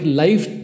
life